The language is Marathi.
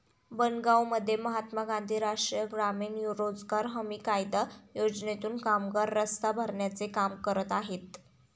बनगावमध्ये महात्मा गांधी राष्ट्रीय ग्रामीण रोजगार हमी कायदा योजनेतून कामगार रस्ता भरण्याचे काम करत आहेत